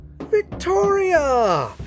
Victoria